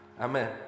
Amen